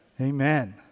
Amen